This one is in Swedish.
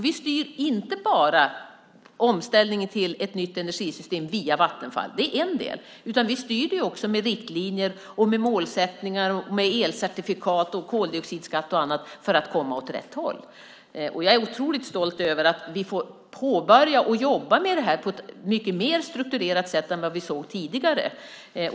Vi styr inte bara omställningen till ett nytt energisystem via Vattenfall. Det är en del. Vi styr också med riktlinjer och målsättningar, med elcertifikat, koldioxidskatt och annat för att komma åt rätt håll. Jag är otroligt stolt över att vi får påbörja arbetet med det här på ett mycket mer strukturerat sätt än vi såg tidigare.